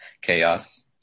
chaos